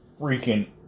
freaking